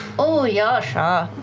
oh yasha.